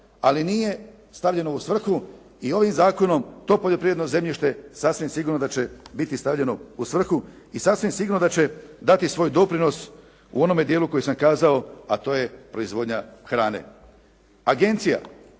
ali nije stavljeno u svrhu, i ovim zakonom to poljoprivredno zemljište sasvim sigurno da će biti stavljeno u svrhu i sasvim sigurno da će dati svoj doprinos u onome djelu koji sam kazao, a to je proizvodnja hrane. Agencija